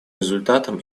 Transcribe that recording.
результатом